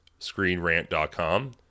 ScreenRant.com